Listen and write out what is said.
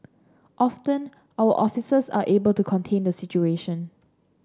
often our officers are able to contain the situation